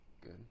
good